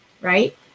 right